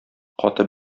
каты